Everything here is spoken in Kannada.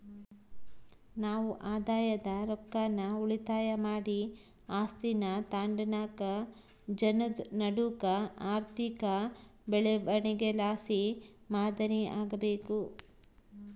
ನಾವು ಆದಾಯದ ರೊಕ್ಕಾನ ಉಳಿತಾಯ ಮಾಡಿ ಆಸ್ತೀನಾ ತಾಂಡುನಾಕ್ ಜನುದ್ ನಡೂಕ ಆರ್ಥಿಕ ಬೆಳವಣಿಗೆಲಾಸಿ ಮಾದರಿ ಆಗ್ಬಕು